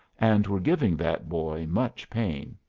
and were giving that boy much pain.